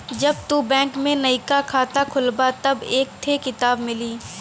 जब तू बैंक में नइका खाता खोलबा तब एक थे किताब मिली